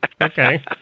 okay